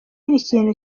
ikintu